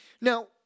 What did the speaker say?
Now